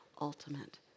ultimate